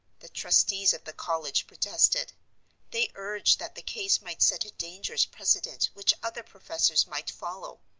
the trustees of the college protested they urged that the case might set a dangerous precedent which other professors might follow.